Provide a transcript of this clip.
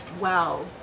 wow